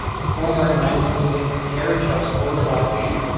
the former ninety unit carriage house motor lodge